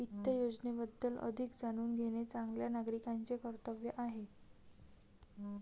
वित्त योजनेबद्दल अधिक जाणून घेणे चांगल्या नागरिकाचे कर्तव्य आहे